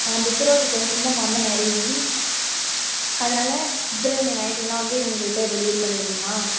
ஆ February ட்வெண்ட்டின்தான் எங்கள் அண்ணன் மேரேஜ்ஜி அதனால் பிப்ரவரி நைன்டீன் வந்து எங்கள்கிட்ட டெலிவரி பண்ணிவிட முடியுமா